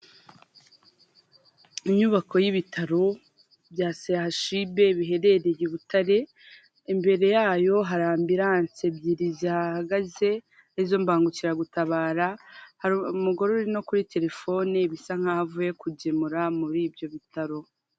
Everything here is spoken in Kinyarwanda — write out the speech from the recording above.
Inyubako y'ibitaro bya CHUB biherereye i Butare, imbere yayo hari Ambulance ebyiri zihahagaze ari zo mbangukiragutabara, hari umugore uri no kuri telefone bisa nk'aho avuye kugemura muri ibyo bitaro.